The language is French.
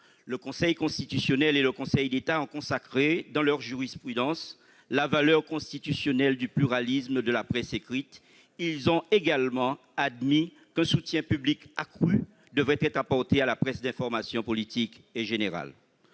Le Conseil constitutionnel et le Conseil d'État ont consacré, dans leur jurisprudence, la valeur constitutionnelle du pluralisme de la presse écrite. Ils ont également admis qu'un soutien public accru devrait être apporté à la presse d'information politique et générale.